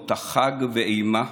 עוטה חג ואימה.